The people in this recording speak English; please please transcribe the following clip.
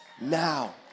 now